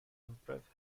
impressed